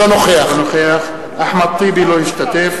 לא משתתף.